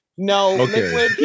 No